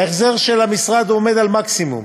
ההחזר של המשרד עומד על מקסימום.